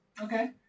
Okay